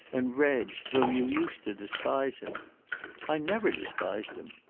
and, reg, though you used to despise him i never despised him.